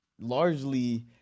largely